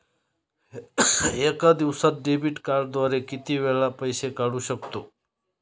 एका दिवसांत डेबिट कार्डद्वारे किती वेळा पैसे काढू शकतो?